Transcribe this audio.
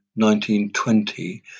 1920